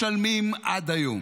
-- אנחנו משלמים עד היום.